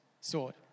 sword